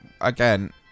again